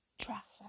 traffic